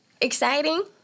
Exciting